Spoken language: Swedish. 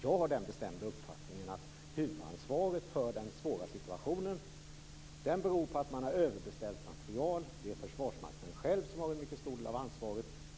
Jag har den bestämda uppfattningen att huvudansvaret för den svåra situationen beror på att man har överbeställt material. Det är Försvarsmakten själv som har en mycket stor del av ansvaret.